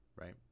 right